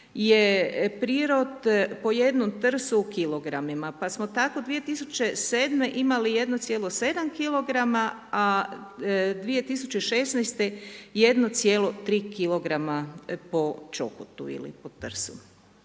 je prirod po jednom trsu u kilogramima. Pa smo tako 2007. imali 1,7 kg, a 2016. 1,3 kg po čoporu ili po trsu.